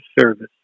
service